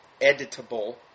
editable